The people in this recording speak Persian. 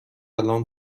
الان